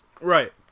right